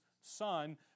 Son